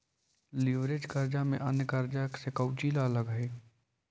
Leverage कर्जा में अन्य कर्जा से कउची अलग हई?